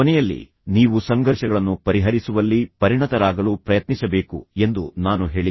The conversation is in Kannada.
ಕೊನೆಯಲ್ಲಿ ನೀವು ಸಂಘರ್ಷಗಳನ್ನು ಪರಿಹರಿಸುವಲ್ಲಿ ಪರಿಣತರಾಗಲು ಪ್ರಯತ್ನಿಸಬೇಕು ಎಂದು ನಾನು ಹೇಳಿದೆ